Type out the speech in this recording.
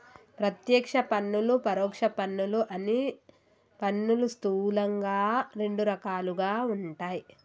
ప్రత్యక్ష పన్నులు, పరోక్ష పన్నులు అని పన్నులు స్థూలంగా రెండు రకాలుగా ఉంటయ్